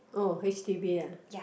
oh H_D_B uh